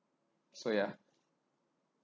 so yeah